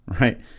right